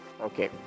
Okay